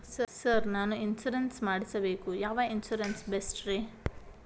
Sir ನಾನು insurance ಮಾಡಿಸಬೇಕು ಯಾವ ಇನ್ಶೂರೆನ್ಸ್ ಬೆಸ್ಟ್ರಿ?